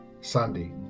Sunday